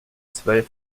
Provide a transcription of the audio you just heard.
zwölf